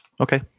okay